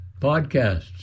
Podcasts